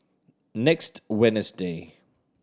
next Wednesday